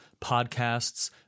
podcasts